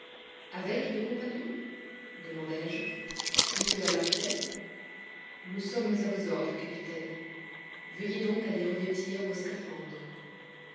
avec mes compagnons demandai-je si cela leur plaît nous sommes à vos ordres capitaine veuillez donc aller revêtir vos scaphandres